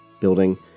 building